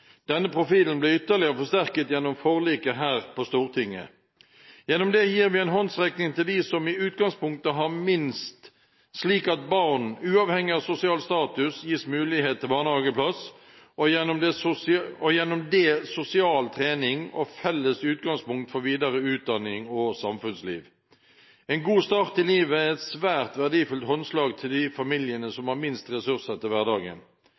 Denne profilen ble ytterligere forsterket gjennom forliket her på Stortinget. Gjennom det gir vi en håndsrekning til dem som i utgangspunktet har minst, slik at barn, uavhengig av sosial status, gis mulighet til barnehageplass – og gjennom det sosial trening og felles utgangspunkt for videre utdanning og samfunnsliv. En god start i livet er et svært verdifullt håndslag til de familiene som har minst ressurser til hverdagen.